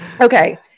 okay